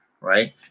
right